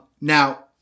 Now